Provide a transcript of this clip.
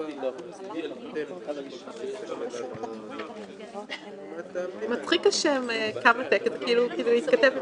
החסם הוא חסם שהן לא הולכות לאקדמיה מסיבות של חסם דתי,